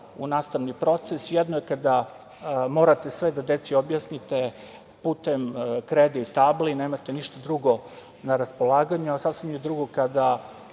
u nastavni proces. Jedno je kada morate sve da deci objasnite putem krede i table i nemate ništa drugo na raspolaganju, a sasvim je drugo kada